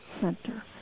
center